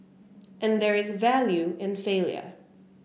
and there is value in failure